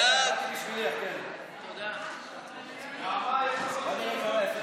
זה לא נכון, זה